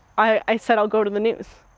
i said, i'll go to the news.